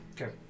Okay